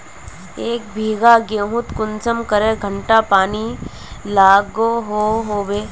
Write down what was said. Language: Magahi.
एक बिगहा गेँहूत कुंसम करे घंटा पानी लागोहो होबे?